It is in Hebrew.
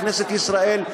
בכנסת ישראל,